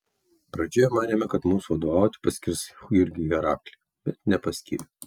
pradžioje manėme kad mums vadovauti paskirs jurgį heraklį bet nepaskyrė